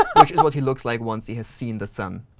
um which is what he looks like once he has seen the sun.